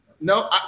No